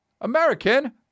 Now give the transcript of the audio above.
American